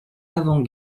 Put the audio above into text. avant